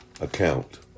account